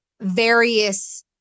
various